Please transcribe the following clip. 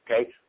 Okay